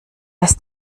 ist